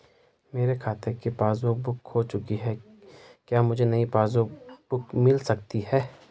मेरे खाते की पासबुक बुक खो चुकी है क्या मुझे नयी पासबुक बुक मिल सकती है?